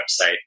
website